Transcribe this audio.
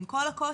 עם כל הקושי,